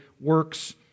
works